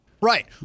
Right